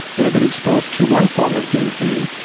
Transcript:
you'll have been exposed to one form of game theory,